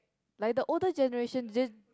like the older generation they